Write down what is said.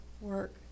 work